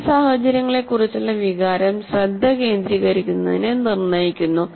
പഠന സാഹചര്യങ്ങളെക്കുറിച്ചുള്ള വികാരം ശ്രദ്ധ കേന്ദ്രീകരിക്കുന്നതിനെ നിർണ്ണയിക്കുന്നു